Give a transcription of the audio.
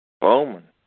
Bowman